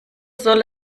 soll